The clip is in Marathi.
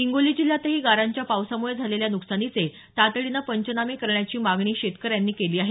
हिंगोली जिल्ह्यातही गारांच्या पावसामुळे झालेल्या नुकसानीचे तातडीने पंचनामे करण्याची मागणी शेतकऱ्यांनी केली आहे